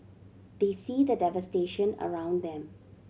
they see the devastation around them